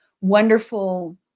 wonderful